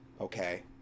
Okay